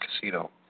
casino